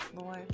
Lord